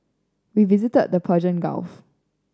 we visited the Persian Gulf